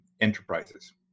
enterprises